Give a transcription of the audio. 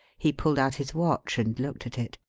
he pulled out his watch and looked at it.